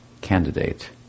candidate